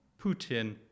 Putin